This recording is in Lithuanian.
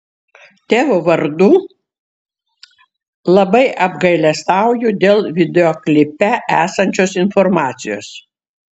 teo vardu labai apgailestauju dėl videoklipe esančios informacijos